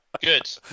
Good